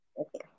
Okay